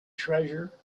treasure